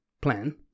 plan